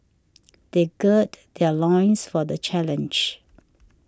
they gird their loins for the challenge